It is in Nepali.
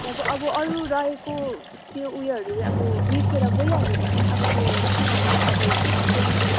अब अब अरू रहेको त्यो उयोहरू अब बिर्सेर गइहाल्यो भने अब त्यो के गर्नु रिकभर हुनु सक्दैन